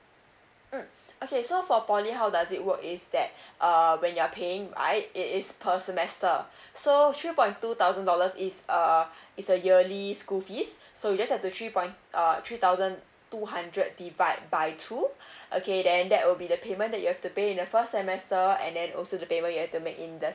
mm okay so for poly how does it work is that err when you are paying right it is per semester so three point two thousand dollars is uh it's a yearly school fees so you just have to three point uh three thousand two hundred divide by two okay then that will be the payment that you have to pay in the first semester and then also the payment you've to make in the